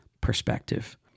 perspective